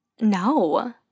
No